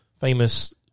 famous